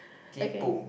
okay